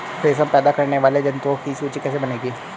रेशम पैदा करने वाले जंतुओं की सूची कैसे बनेगी?